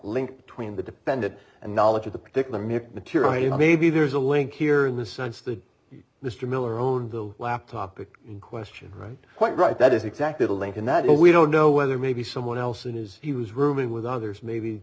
link between the defendant and knowledge of the particular material you know maybe there's a link here in the sense that mr miller owned the laptop is in question right quite right that is exactly the link and that is we don't know whether maybe someone else in his he was rooming with others maybe